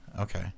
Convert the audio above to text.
Okay